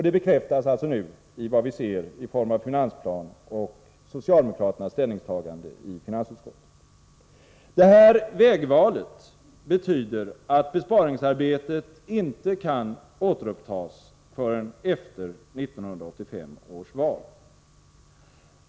Det bekräftas nu i vad vi ser i finansplanen och i socialdemokraternas ställningstagande i finansutskottet. Detta vägval betyder att besparingsarbetet inte kan återupptas förrän efter 1985 års val.